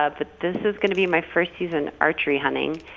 ah but this is going to be my first season archery hunting